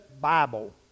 Bible